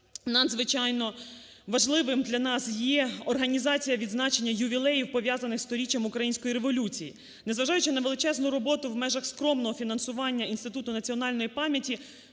надзвичайно важливим для нас є організація відзначення ювілеїв, пов'язаних із 100-річчям української революції. Незважаючи на величезну роботу в межах скромного фінансування,